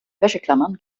wäscheklammern